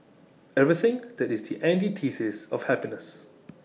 everything that is the antithesis of happiness